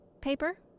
paper